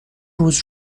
روز